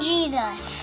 Jesus